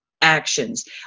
actions